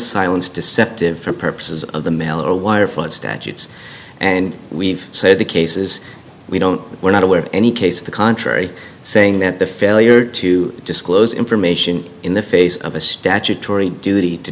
silence deceptive for purposes of the mail or wire fraud statutes and we've said the cases we don't we're not aware of any case the contrary saying that the failure to disclose information in the face of a statutory duty to